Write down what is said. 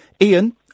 Ian